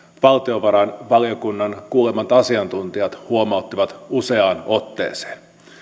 valtiovarainvaliokunnan kuulemat asiantuntijat huomauttivat useaan otteeseen